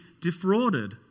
defrauded